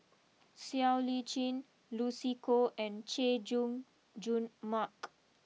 Siow Lee Chin Lucy Koh and Chay Jung Jun Mark